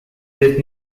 this